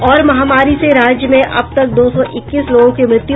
और महामारी से राज्य में अब तक दो सौ इक्कीस लोगों की मृत्यु